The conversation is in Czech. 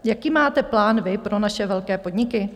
Jaký máte plán vy pro naše velké podniky?